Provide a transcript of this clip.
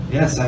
Yes